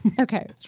Okay